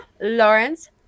Lawrence